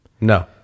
No